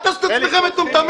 אל תעשו את עצמכם מטומטמים.